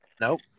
Nope